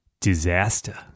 disaster